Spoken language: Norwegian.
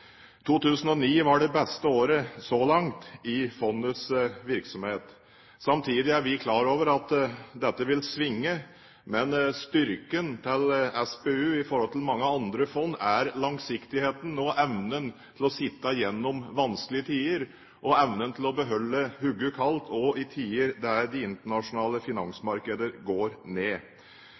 2009 var det beste året, så langt, i fondets virksomhet. Samtidig er vi klar over at dette vil svinge. Men styrken til SPU, i forhold til mange andre fond, er langsiktigheten og evnen til å sitte gjennom vanskelige tider, og evnen til å beholde hodet kaldt også i tider der de internasjonale finansmarkeder går ned.